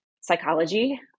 psychology